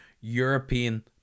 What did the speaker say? European